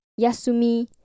Yasumi